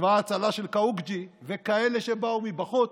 צבא ההצלה של קאוקג'י וכאלה שבאו מבחוץ,